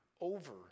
over